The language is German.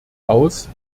aus